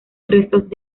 restos